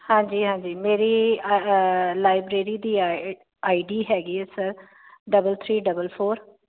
ਹਾਂਜੀ ਹਾਂਜੀ ਮੇਰੀ ਲਾਈਬ੍ਰੇਰੀ ਦੀ ਆ ਆਈ ਡੀ ਹੈਗੀ ਹੈ sir double three double four